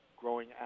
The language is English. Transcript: growing